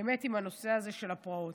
באמת עם הנושא הזה של הפרעות.